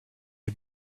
est